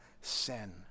sin